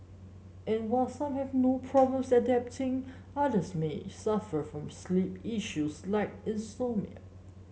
and while some have no problems adapting others may suffer from sleep issues like insomnia